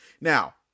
Now